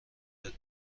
وارد